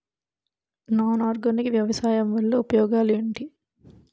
Non organic వ్యవసాయం వల్ల ఉపయోగాలు ఏంటీ?